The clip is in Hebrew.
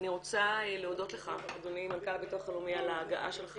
אני רוצה להודות לך אדוני מנכ"ל הביטוח הלאומי על ההגעה שלך